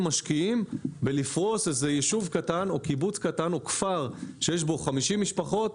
משקיעים בפריסה ביישוב קטן או בקיבוץ קטן או בכפר שיש בו 50 משפחות.